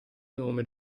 nome